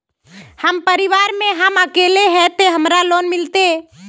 हम परिवार में हम अकेले है ते हमरा लोन मिलते?